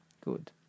Good